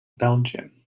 belgium